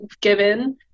given